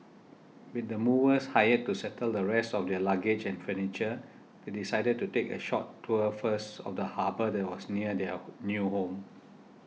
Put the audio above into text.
with the movers hired to settle the rest of their luggage and furniture they decided to take a short tour first of the harbour that was near their new home